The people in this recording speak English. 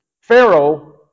Pharaoh